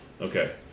okay